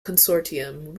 consortium